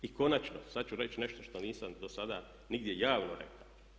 I konačno, sada ću reći nešto što nisam do sada nigdje javno rekao.